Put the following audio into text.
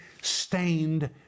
stained